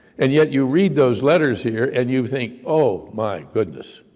and yet you read those letters here, and you think, oh my goodness,